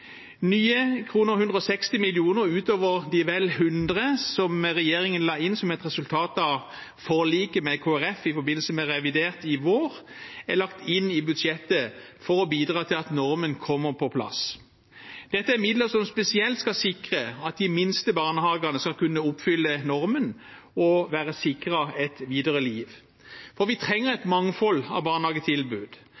Nye 160 mill. kr utover de vel 100 mill. kr som regjeringen la inn som et resultat av forliket med Kristelig Folkeparti i forbindelse med revidert i vår, er lagt inn i budsjettet for å bidra til at normen kommer på plass. Dette er midler som spesielt skal sikre at de minste barnehagene skal kunne oppfylle normen og være sikret et videre liv. Vi trenger et